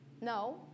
no